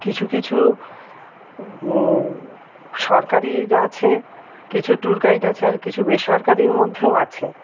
কিছু কিছু সরকারির আছে কিছু ট্যুর গাইড আছে আর কিছু বেসরকারির মধ্যেও আছে